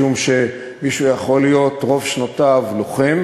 משום שמישהו יכול להיות רוב שנותיו לוחם